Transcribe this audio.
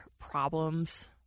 problems